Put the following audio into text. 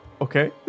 Okay